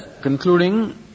concluding